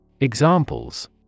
Examples